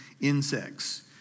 insects